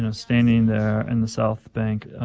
and standing there in the south bank.